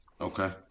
Okay